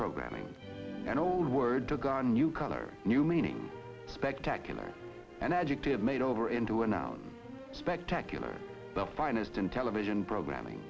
programming and old word to gun new colors new meaning spectacular an adjective made over into a noun spectacular the finest in television programming